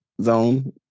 zone